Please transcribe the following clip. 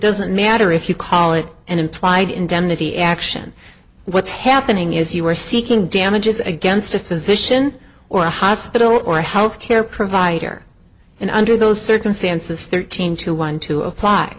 doesn't matter if you call it an implied indemnity action what's happening is you are seeking damages against a physician or a hospital or a health care provider and under those circumstances thirteen to one to